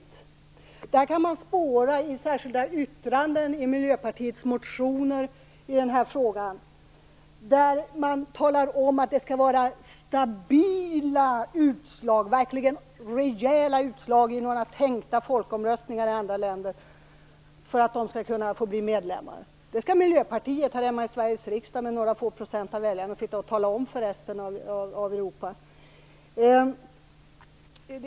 Det här kan man spåra i särskilda yttranden i Miljöpartiets motioner i den här frågan, där man talar om att det skall vara stabila utslag, verkligen rejäla utslag i tänkta folkomröstningar i andra länder för att de skall kunna få bli medlemmar. Det skall Miljöpartiet här hemma i Sveriges riksdag, med några få procent av väljarsympatierna, sitta och tala om för resten av Europa.